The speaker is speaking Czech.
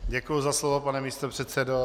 Děkuji za slovo, pane místopředsedo.